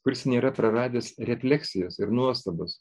kuris nėra praradęs refleksijos ir nuostabos